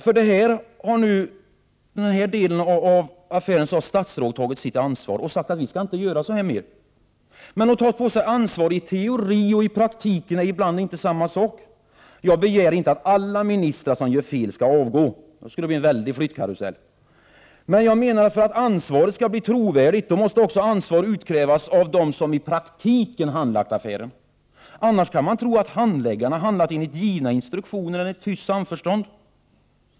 För denna del av affären har statsrådet tagit sitt ansvar och sagt att vi inte skall göra så mer. Men att ta på sig ansvar i teorin och i praktiken är ibland inte samma sak. Jag begär inte att alla ministrar som gör fel skall avgå, för då skulle det bli en väldig flyttkarusell, men jag menar att för att ansvaret skall bli trovärdigt måste också ansvar utkrävas av dem som i praktiken handlagt affären. Annars kan man tro att handläggarna handlat enligt givna instruktioner eller i tyst samförstånd.